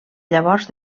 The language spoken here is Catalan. llavors